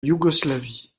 yougoslavie